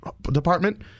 department